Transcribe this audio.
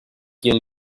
quien